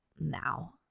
now